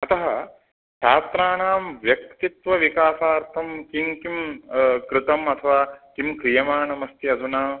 अतः छात्राणां व्यक्तित्वविकासार्थं किं किं कृतम् अथवा किं क्रियमाणमस्ति अधुना